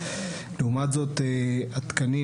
לעומת זאת התקנים,